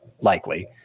likely